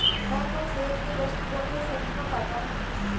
मैं तो सेहत के दृष्टिकोण से शरीफा खाता हूं